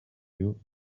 you